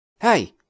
Hey